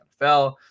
NFL